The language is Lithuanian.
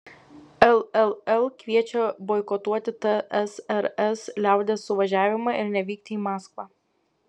lll kviečia boikotuoti tsrs liaudies suvažiavimą ir nevykti į maskvą